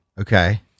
Okay